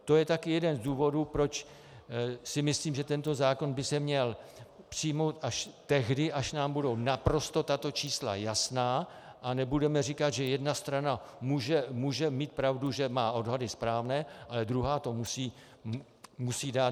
To je také jeden z důvodů, proč si myslím, že tento zákon by se měl přijmout až tehdy, až nám budou tato čísla naprosto jasná a nebudeme říkat, že jedna strana může mít pravdu, že má odhady správné, ale druhá to musí dát...